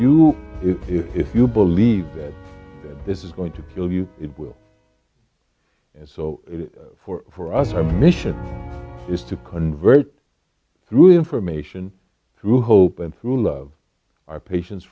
if you if you believe that this is going to kill you it will so for for us our mission is to convert through information who hope and through love our patients